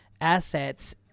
assets